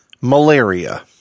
malaria